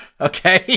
okay